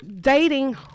dating